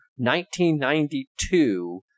1992